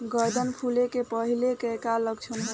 गर्दन फुले के पहिले के का लक्षण होला?